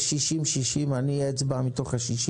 יש 60-60 אני אצבע מתוך 60